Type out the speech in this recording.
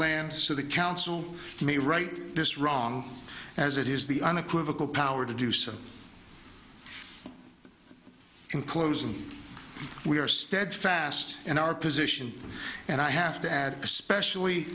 land so the council me right this wrong as it is the unequivocal power to do so in closing we are steadfast in our position and i have to add especially